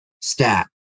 stat